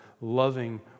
loving